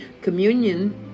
Communion